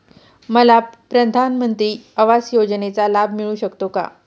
मला प्रधानमंत्री आवास योजनेचा लाभ मिळू शकतो का?